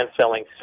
selling